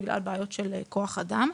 בגלל בעיות של כוח אדם.